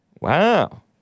Wow